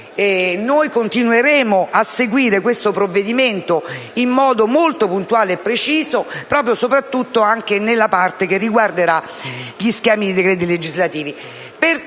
noi continueremo a seguire questo provvedimento in modo molto puntuale e preciso, proprio e soprattutto nella parte che riguarderà gli schemi dei decreti legislativi.